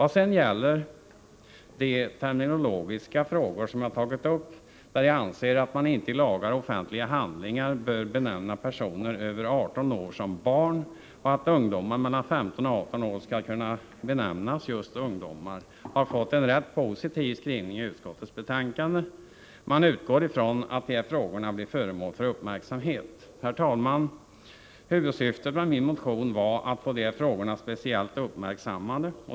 De terminologiska frågor som jag tagit upp — jag anser att man i lagar och offentliga handlingar inte bör kalla personer över 18 år barn och att ungdomar mellan 15 och 18 år skall benämnas just ungdomar — har fått en rätt positiv skrivning i utskottets betänkande. Man utgår ifrån att de här frågorna blir föremål för uppmärksamhet. Herr talman! Huvudsyftet med min motion var att få de här frågorna speciellt uppmärksammade.